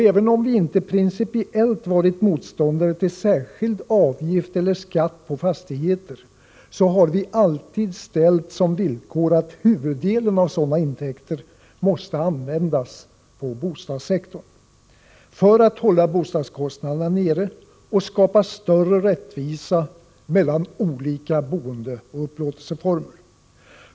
Även om vi inte principiellt varit motståndare till särskild avgift eller skatt på fastigheter, har vi alltid ställt som villkor att huvuddelen av sådana intäkter måste användas på bostadssektorn, för att hålla boendekostnaderna nere och skapa större rättvisa mellan olika boendeoch upplåtelseformer.